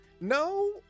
No